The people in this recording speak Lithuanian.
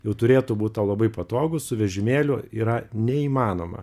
jau turėtų būti tau labai patogu su vežimėliu yra neįmanoma